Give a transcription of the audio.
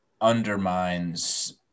undermines